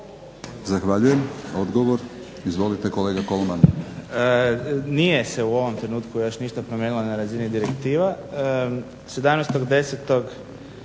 Zahvaljujem. Odgovor, izvolite kolega Kolman.